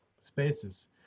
spaces